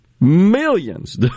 millions